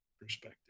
perspective